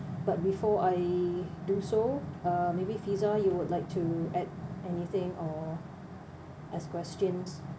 but before I do so uh maybe fizah you would like to add anything or you know ask questions